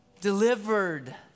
delivered